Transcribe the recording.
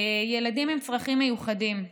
ילדים עם צרכים מיוחדים,